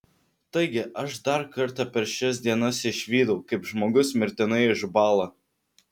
taigi aš dar kartą per šias dienas išvydau kaip žmogus mirtinai išbąla